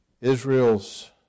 Israel's